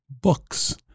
Books